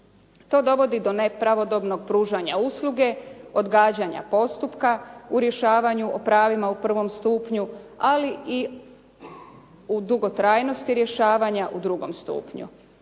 To dovodi do nepravodobnog pružanja usluge, odgađanja postupka u rješavanju o pravima u prvom stupnju, ali i u dugotrajnosti rješavanja u drugom stupnju.